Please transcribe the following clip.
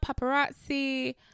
Paparazzi